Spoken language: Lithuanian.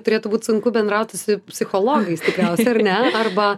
turėtų būt sunku bendrauti su psichologais tikriausiai ar ne arba